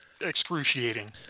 excruciating